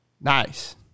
Nice